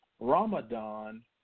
Ramadan